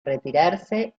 retirarse